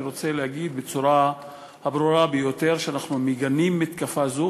אני רוצה להגיד בצורה הברורה ביותר שאנחנו מגנים מתקפה זו,